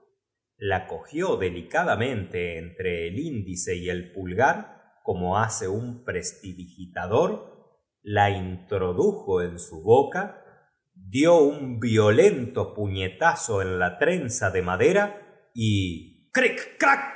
la cogió delicadamente entre el índice y el pulgar como hace un prestidigitador in introdujo en su boca dió un violento puñetazo en la trenza de madera y